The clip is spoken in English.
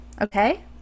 okay